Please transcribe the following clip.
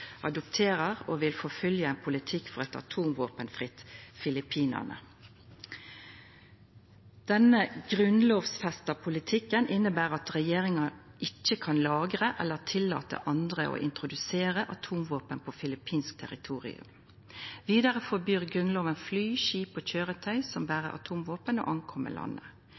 adopterer og vil føra vidare ein politikk for eit atomvåpenfritt Filippinane. Denne grunnlovfesta politikken inneber at regjeringa ikkje kan lagra eller tillata andre å introdusera atomvåpen på filippinsk territorium. Vidare forbyr grunnlova fly, skip og køyretøy som ber atomvåpen, å koma til landet.